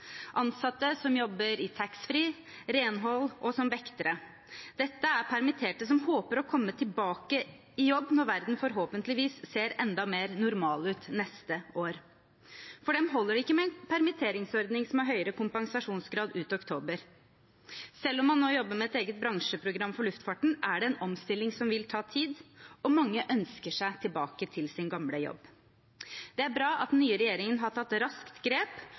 ansatte som jobber i taxfree, renhold og som vektere. Dette er permitterte som håper å komme tilbake i jobb når verden forhåpentligvis ser enda mer normal ut neste år. For dem holder det ikke med en permitteringsordning som har høyere kompensasjonsgrad ut oktober. Selv om man nå jobber med et eget bransjeprogram for luftfarten, er det en omstilling som vil ta tid, og mange ønsker seg tilbake til sin gamle jobb. Det er bra at den nye regjeringen raskt har tatt grep,